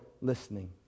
listening